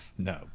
No